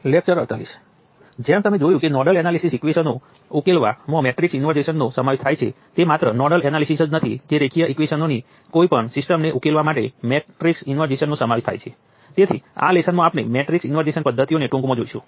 હવે આપણે voltage control voltage સ્ત્રોત ધરાવતી સર્કિટ પર વિચાર કરીશું